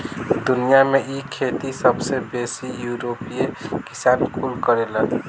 दुनिया में इ खेती सबसे बेसी यूरोपीय किसान कुल करेलन